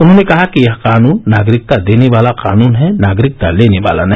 उन्होंने कहा कि यह कानून नागरिकता देने वाला कानून है नागरिकता लेने वाला नहीं